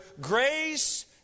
Grace